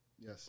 Yes